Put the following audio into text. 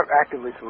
actively